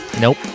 Nope